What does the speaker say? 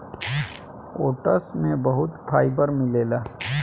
oats में बहुत fibre मिलेला